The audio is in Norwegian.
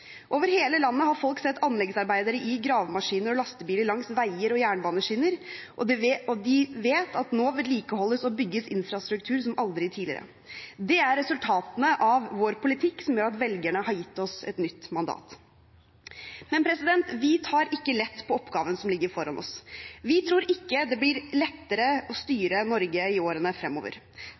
Over hele landet har folk sett anleggsarbeidere i gravemaskiner og lastebiler langs veier og jernbaneskinner, og de vet at nå vedlikeholdes og bygges infrastruktur som aldri tidligere. Det er resultatene av vår politikk som gjør at velgerne har gitt oss et nytt mandat. Vi tar ikke lett på oppgaven som ligger foran oss. Vi tror ikke det blir lettere å styre Norge i årene fremover.